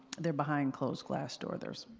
they're behind closed glass door there.